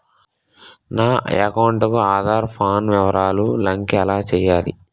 నా అకౌంట్ కు ఆధార్, పాన్ వివరాలు లంకె ఎలా చేయాలి?